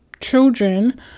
children